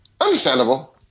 Understandable